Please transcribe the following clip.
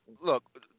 look